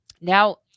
Now